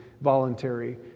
voluntary